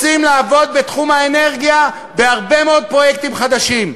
רוצים לעבוד בתחום האנרגיה בהרבה מאוד פרויקטים חדשים,